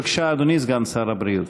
בבקשה, אדוני סגן שר הבריאות.